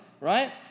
right